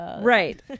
Right